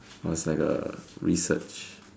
or it's like a research